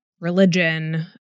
religion